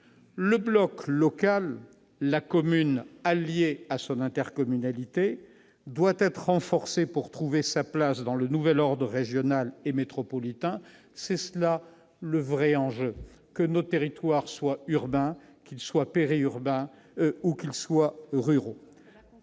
Le bloc local- la commune alliée à son intercommunalité -doit être renforcé pour trouver sa place dans le nouvel ordre régional et métropolitain. Tel est le véritable enjeu, que nos territoires soient urbains, périurbains ou ruraux.